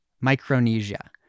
Micronesia